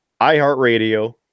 iHeartRadio